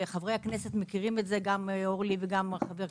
חברי הכנסת מכירים את זה, חברי הכנסת אורלי ומרגי.